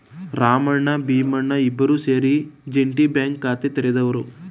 ರಾಮಣ್ಣ ಭೀಮಣ್ಣ ಇಬ್ಬರೂ ಸೇರಿ joint bank ಖಾತೆ ತೆರೆದರು